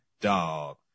Dog